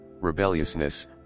rebelliousness